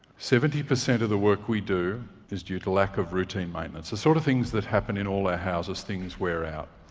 seventy percent of the work we do is due to lack of routine maintenance the sort of things that happen in all our houses. things wear out,